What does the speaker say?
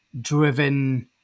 driven